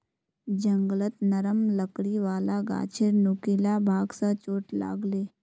जंगलत नरम लकड़ी वाला गाछेर नुकीला भाग स चोट लाग ले